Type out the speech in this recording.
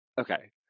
Okay